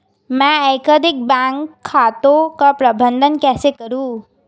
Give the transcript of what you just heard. मैं एकाधिक बैंक खातों का प्रबंधन कैसे करूँ?